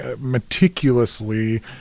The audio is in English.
meticulously